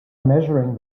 measuring